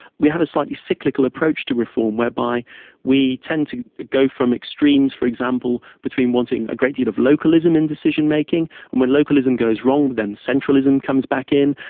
we have a slightly cyclical approach to reform whereby we tend to go from extremes for example between wanting a great deal of localism in decision-making, and when localism goes wrong, then centralism comes back in.